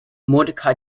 mordecai